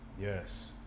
yes